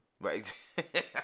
right